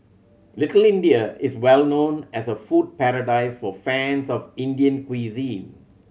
Little India is well known as a food paradise for fans of Indian cuisine